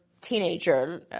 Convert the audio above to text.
teenager